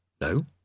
No